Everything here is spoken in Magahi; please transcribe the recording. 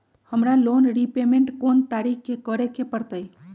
हमरा लोन रीपेमेंट कोन तारीख के करे के परतई?